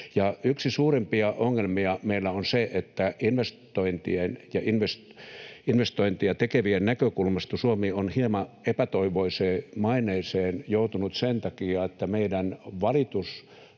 Yksi suurimpia ongelmia meillä on, että investointeja tekevien näkökulmasta Suomi on hieman epätoivoiseen maineeseen joutunut sen takia, että meidän valitusrumba